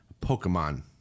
Pokemon